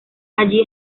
allí